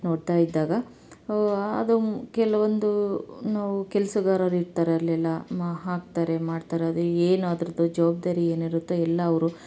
ನೋಡ್ತಾ ಇದ್ದಾಗ ಅದು ಕೆಲವೊಂದು ನಾವು ಕೆಲ್ಸಗಾರರು ಇರ್ತಾರೆ ಅಲ್ಲೆಲ್ಲ ಮಾ ಹಾಕ್ತಾರೆ ಮಾಡ್ತಾರೆ ಅದು ಏನು ಅದರದ್ದು ಜವಾಬ್ದಾರಿ ಏನಿರುತ್ತೆ ಎಲ್ಲ ಅವರು